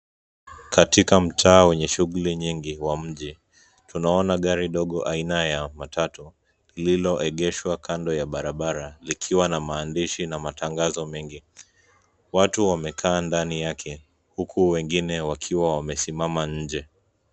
Katika mtaa wenye shughuli nyingi wa mji, tunaona gari dogo aina ya matatu, lililoegeshwa kando ya barabara, likiwa na maandishi na matangazo mengi. Watu wamekaa ndani yake, huku wengine wakiwa wamesimama nje.